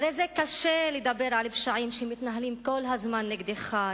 הרי זה קשה לדבר על פשעים שמתנהלים כל הזמן נגדך,